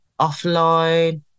offline